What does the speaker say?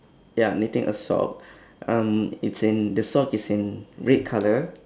ya knitting a sock um it's in the sock is in red colour